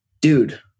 Dude